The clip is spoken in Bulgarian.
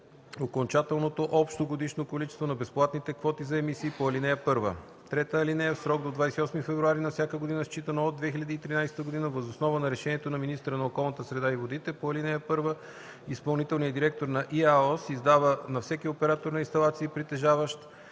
окончателното общо годишно количество на безплатните квоти за емисии по ал. 1. (3) В срок до 28 февруари на всяка година считано от 2013 г. въз основа на решението на министъра на околната среда и водите по ал. 1 изпълнителният директор на ИАОС издава на всеки оператор на инсталации, притежаващ